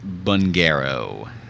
Bungaro